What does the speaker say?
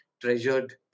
treasured